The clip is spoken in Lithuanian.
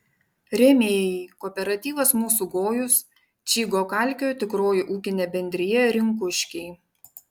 rėmėjai kooperatyvas mūsų gojus čygo kalkio tikroji ūkinė bendrija rinkuškiai